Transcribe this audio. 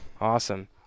awesome